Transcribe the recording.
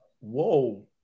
Whoa